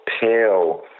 pale